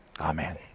Amen